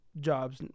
jobs